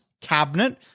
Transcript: cabinet